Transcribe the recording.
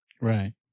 Right